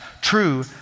true